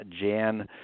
Jan